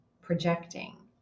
projecting